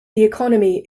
economy